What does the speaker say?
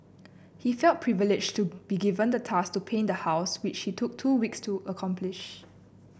he felt privileged to be given the task to paint the house which he took two weeks to accomplish